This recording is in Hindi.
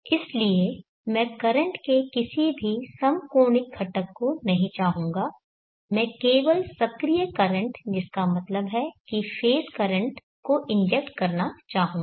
इसलिए मैं करंट के किसी भी समकोणिक घटक को नहीं चाहूंगा मैं केवल सक्रिय करंट जिसका मतलब है कि फेज़ करंट को इंजेक्ट करना चाहूंगा